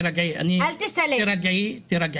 תירגעי, תירגעי.